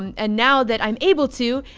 and and now that i'm able to,